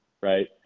Right